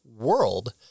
world